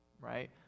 right